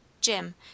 Jim